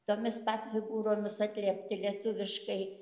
tomis pat figūromis atliepti lietuviškai